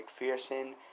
McPherson